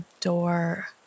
door